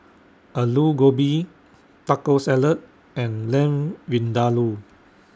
Alu Gobi Taco Salad and Lamb Vindaloo